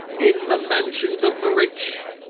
in the mansions of the rich,